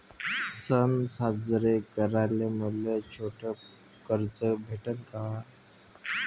सन साजरे कराले मले छोट कर्ज भेटन का?